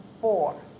four